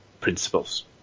principles